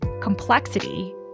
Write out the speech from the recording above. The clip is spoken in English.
complexity